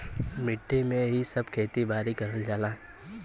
मट्टी में ही सब खेती बारी करल जाला